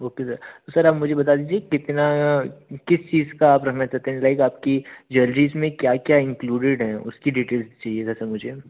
okay sir sir आप मुझे बता दीजिए कितना किस चीज़ का आप रखना चाहते हैं लाइक आपकी ज्वेलरीज़ में क्या क्या इन्क्लूडेड हैं उसकी डिटेल्स चाहिए था सर मुझे